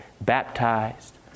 baptized